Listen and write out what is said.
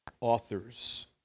authors